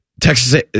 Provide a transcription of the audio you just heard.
Texas